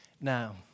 now